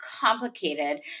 complicated